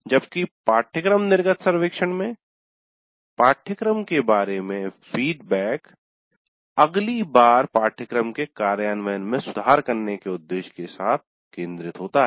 जबकि पाठ्यक्रम निर्गत सर्वेक्षण में पाठ्यक्रम के बारे में फीडबैक अगली बार पाठ्यक्रम के कार्यान्वयन में सुधार करने उद्देश्य के साथ केन्द्रित होता है